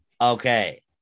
Okay